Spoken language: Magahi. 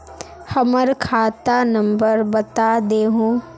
हमर खाता नंबर बता देहु?